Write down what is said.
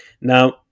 Now